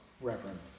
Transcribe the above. Reverend